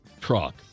truck